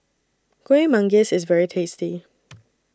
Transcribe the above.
Kuih Manggis IS very tasty